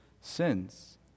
sins